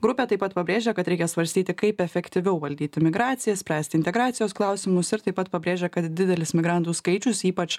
grupė taip pat pabrėžia kad reikia svarstyti kaip efektyviau valdyt imigraciją spręsti integracijos klausimus ir taip pat pabrėžia kad didelis migrantų skaičius ypač